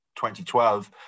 2012